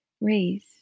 raise